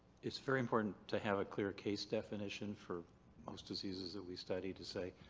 it's very important to have a clear case definition for most diseases that we study to say,